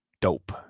dope